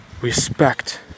respect